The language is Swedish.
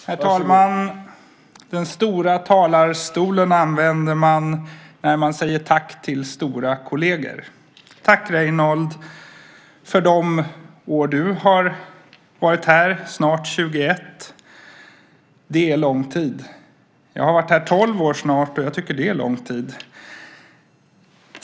Herr talman! Den stora talarstolen använder man när man säger tack till stora kolleger. Tack, Reynoldh, för de år du har varit här, snart 21. Det är lång tid. Jag har varit här tolv år snart, och jag tycker att det är lång tid.